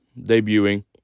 debuting